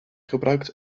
gebruikt